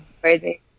Crazy